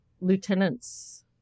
lieutenants